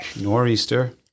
Nor'easter